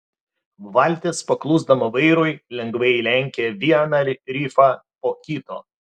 valtis paklusdama vairui lengvai lenkė vieną rifą po kito